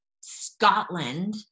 Scotland